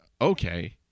okay